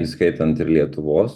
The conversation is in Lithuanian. įskaitant ir lietuvos